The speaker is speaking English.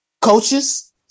coaches